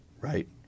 Right